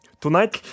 Tonight